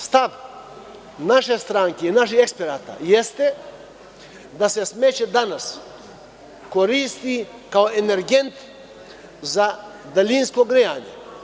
Stav naše stranke i naših eksperata jeste da se smeće danas koristi kao energent za daljinsko grejanje.